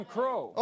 Crow